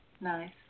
nice